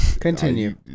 Continue